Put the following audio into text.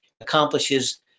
accomplishes